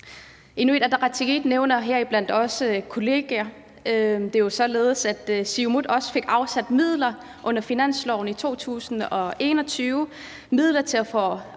Inuit Ataqatigiit nævner heriblandt også kollegier. Det er jo således, at Siumut også fik afsat midler under finansloven i 2021